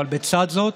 אבל בצד זאת,